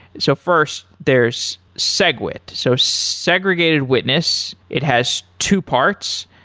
so first, there's segwit, so segregated witness. it has two parts.